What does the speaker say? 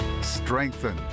strengthen